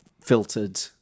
filtered